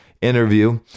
interview